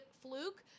fluke